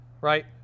right